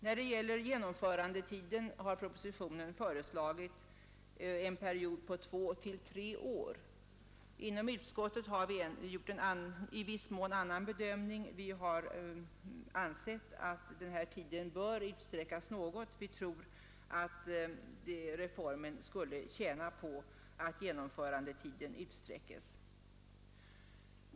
När det gäller genomförandetiden har propositionen föreslagit en period på två å tre år. Inom utskottet har vi gjort en i viss mån annan bedömning. Vi har ansett att denna tid bör utsträckas något. Vi tror att reformen skulle tjäna på att genomförandetiden utsträcks.